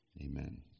Amen